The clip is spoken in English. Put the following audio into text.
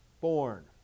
born